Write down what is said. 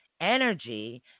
energy